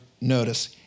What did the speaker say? Notice